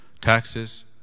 taxes